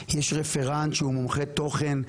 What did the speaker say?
יש רפרנט שהוא מומחה תוכן,